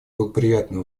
благоприятные